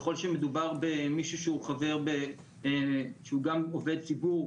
ככול שמדובר במישהו שהוא גם עובד ציבור,